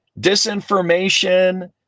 disinformation